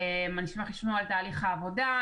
אני אשמח לשמוע את תהליך העבודה,